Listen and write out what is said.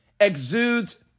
exudes